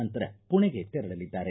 ನಂತರ ಪುಣೆಗೆ ತೆರಳಲಿದ್ದಾರೆ